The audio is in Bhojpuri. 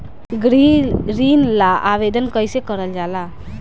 गृह ऋण ला आवेदन कईसे करल जाला?